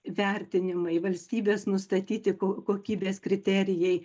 vertinimai valstybės nustatyti ko kokybės kriterijai